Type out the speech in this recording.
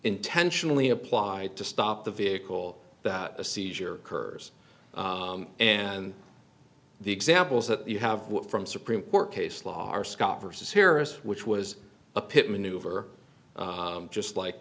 intentionally applied to stop the vehicle that a seizure occurs and the examples that you have from supreme court case law are scott versus harris which was a pit maneuver just like